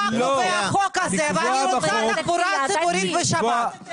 אתה קובע את החוק הזה ואני רוצה תחבורה ציבורית בשבת.